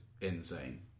insane